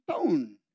stone